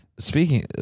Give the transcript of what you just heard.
Speaking